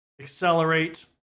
accelerate